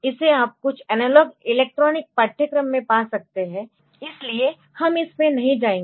इसे आप कुछ एनालॉग इलेक्ट्रॉनिक पाठ्यक्रम में पा सकते हैइसलिए हम इसमें नहीं जाएंगे